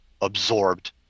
absorbed